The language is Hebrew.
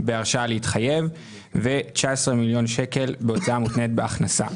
בהרשאה להתחייב ו-19 מיליון שקלים בהוצאה מותנית בהכנסה.